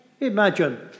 Imagine